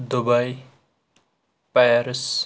Dubai Paris